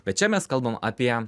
bet čia mes kalbame apie